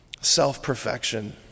self-perfection